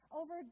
over